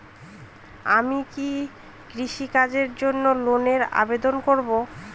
আমি কি কৃষিকাজের জন্য লোনের আবেদন করব?